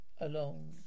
alone